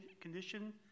condition